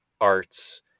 arts